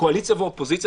קואליציה ואופוזיציה.